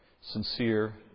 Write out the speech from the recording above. sincere